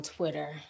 Twitter